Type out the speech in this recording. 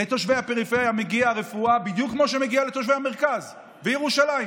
לתושבי הפריפריה מגיעה רפואה בדיוק כמו לתושבי המרכז וירושלים.